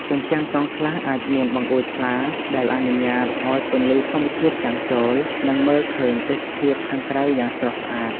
ជញ្ជាំងតង់ខ្លះអាចមានបង្អួចថ្លា ដែលអនុញ្ញាតឲ្យពន្លឺធម្មជាតិចាំងចូល និងមើលឃើញទេសភាពខាងក្រៅយ៉ាងស្រស់ស្អាត។